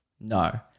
No